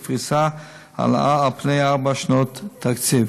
בפריסה על פני ארבע שנות תקציב,